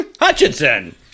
Hutchinson